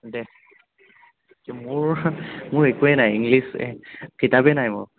দে মোৰ মোৰ একোৱেই নাই ইংলিছ কিতাপেই নাই মোৰ